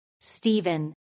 Stephen